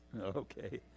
okay